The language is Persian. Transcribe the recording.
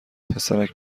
پسرک